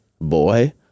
boy